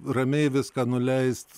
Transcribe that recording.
ramiai viską nuleist